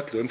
Þar